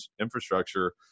infrastructure